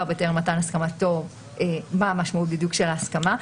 טרם מתן הסכמתו מה המשמעות של ההסכמה.